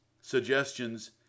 suggestions